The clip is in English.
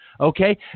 Okay